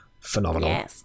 phenomenal